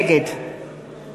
נגד